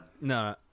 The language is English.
No